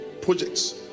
projects